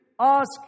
ask